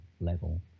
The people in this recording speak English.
level